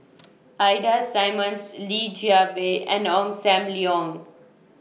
Ida Simmons Li Jiawei and Ong SAM Leong